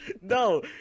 No